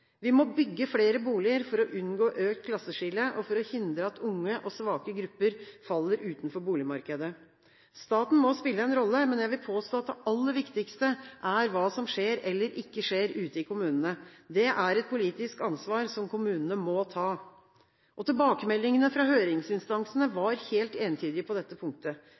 Vi må bygge flere boliger for å unngå økt klasseskille, og for å hindre at unge og svake grupper faller utenfor boligmarkedet. Staten må spille en rolle, men jeg vil påstå at det aller viktigste er hva som skjer, eller ikke skjer, ute i kommunene. Det er et politisk ansvar som kommunene må ta. Tilbakemeldingene fra høringsinstansene var helt entydige på dette punktet: